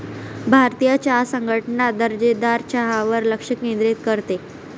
भारतीय चहा संघटना दर्जेदार चहावर लक्ष केंद्रित करते